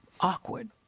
awkward